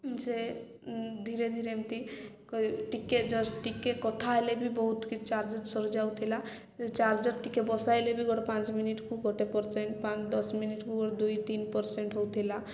ସେ ଧୀରେ ଧୀରେ ଏମିତି ଟିକେ ଜଷ୍ଟ ଟିକେ କଥା ହେଲେ ବି ବହୁତ କିଛି ଚାର୍ଜର ସରିଯାଉଥିଲା ସେ ଚାର୍ଜର ଟିକେ ବସାଇଲେ ବି ଗୋଟେ ପାଞ୍ଚ ମିନିଟ୍କୁ ଗୋଟେ ପରସେଣ୍ଟ ପାଞ୍ଚ ଦଶ ମିନିଟ୍କୁ ଗୋଟେ ଦୁଇ ତିନି ପରସେଣ୍ଟ ହଉଥିଲା